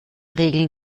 regeln